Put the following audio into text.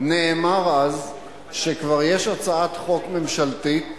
נאמר אז שכבר יש הצעת חוק ממשלתית,